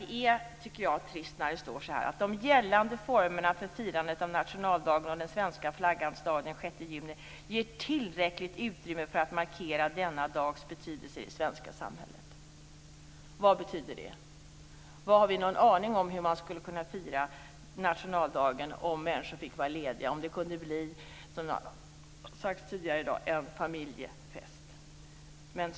Det är trist att man skriver att "de gällande formerna för firande av nationaldagen och svenska flaggans dag den 6 juni ger tillräckligt utrymme för att markera denna dags betydelse i det svenska samhället". Vad betyder det? Har vi någon aning om hur man skulle kunna fira nationaldagen om människor fick vara lediga, om det, som har sagts tidigare i dag, kunde bli en familjefest?